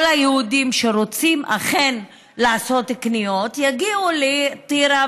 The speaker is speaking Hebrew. כל היהודים שכן רוצים לעשות קניות יגיעו לטירה,